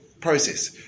process